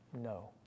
No